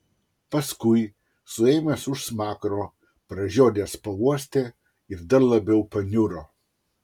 paskui suėmęs už smakro pražiodęs pauostė ir dar labiau paniuro